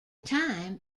time